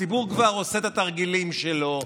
הציבור כבר עושה את התרגילים שלו.